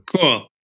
Cool